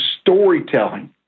storytelling